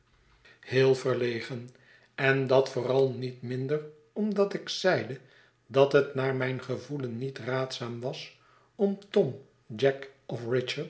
en dat vooral met minder omdat ik zeide dat het naar mijn gevoelen niet raadzaam was om tom jack of